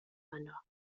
yno